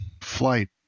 flight